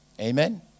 Amen